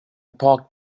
park